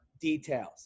details